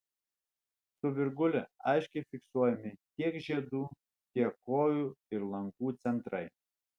su virgule aiškiai fiksuojami tiek žiedų tiek kojų ir lankų centrai